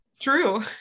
True